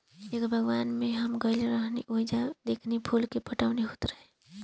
एगो बागवान में हम गइल रही ओइजा देखनी की फूल के पटवनी होत रहे